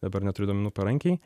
dabar neturiu duomenų parankėj